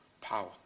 power